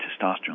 testosterone